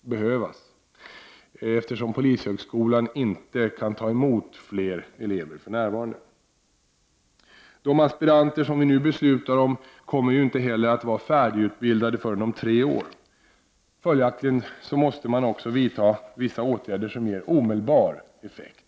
behövas, eftersom polishögskolan inte kan ta emot fler elever för närvarande. De aspiranter som vi nu beslutar om kommer ju inte heller att vara färdigutbildade förrän om tre år. Följaktligen måste man också vidta vissa åtgärder som ger omedelbar effekt.